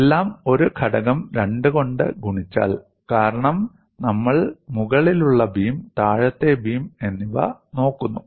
എല്ലാം ഒരു ഘടകം 2 കൊണ്ട് ഗുണിച്ചാൽ കാരണം നമ്മൾ മുകളിലുള്ള ബീം താഴത്തെ ബീം എന്നിവ നോക്കുന്നു